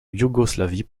yougoslavie